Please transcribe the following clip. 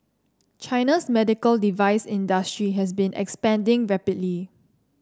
China's medical device industry has been expanding rapidly